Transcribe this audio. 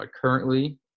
currently